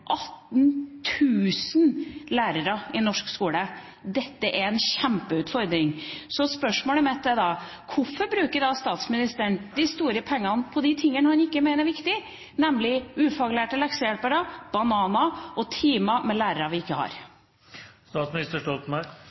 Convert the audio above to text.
000 lærere i norsk skole. Dette er en kjempeutfordring. Spørsmålet mitt er derfor: Hvorfor bruker statsministeren de store pengene på de tingene han ikke mener er viktig, nemlig ufaglærte leksehjelpere, bananer og timer, med lærere vi ikke